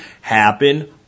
happen